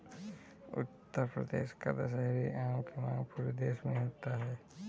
उत्तर प्रदेश का दशहरी आम की मांग पूरे देश में होती है